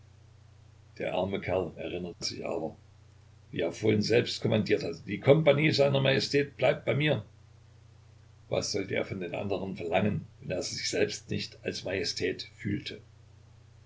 der arme kerl erinnerte sich aber wie er vorhin selbst kommandiert hatte die kompagnie seiner majestät bleibt bei mir was sollte er von den andern verlangen wenn er sich selbst nicht als majestät fühlte